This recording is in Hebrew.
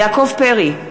נגד יעקב פרי,